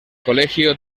colegio